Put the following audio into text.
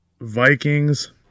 Vikings